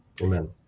Amen